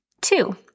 Two